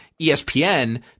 espn